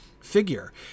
figure